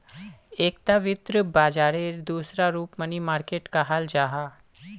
एकता वित्त बाजारेर दूसरा रूप मनी मार्किट कहाल जाहा